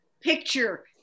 Picture